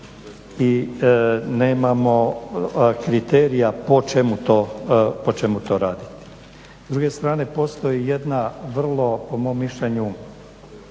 i nemamo kriterija po čemu to raditi. S druge strane postoji jedna vrlo po mom mišljenju